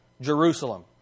Jerusalem